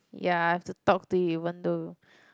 ya I have to talk to you even though